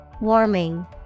Warming